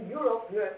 Europe